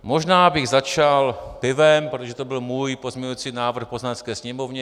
Možná bych začal pivem, protože to byl můj pozměňovací návrh v Poslanecké sněmovně.